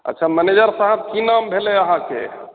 अच्छा मनेजर साहब की नाम भेलै अहाँके